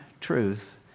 truth